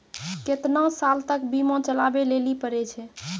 केतना साल तक बीमा चलाबै लेली पड़ै छै?